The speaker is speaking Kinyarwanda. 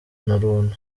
urunturuntu